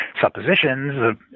suppositions